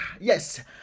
Yes